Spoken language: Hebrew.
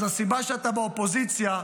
אז הסיבה שאתה באופוזיציה,